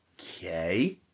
Okay